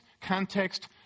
context